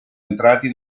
entrati